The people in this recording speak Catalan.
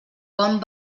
bon